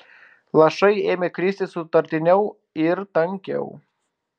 lašai ėmė kristi sutartiniau ir tankiau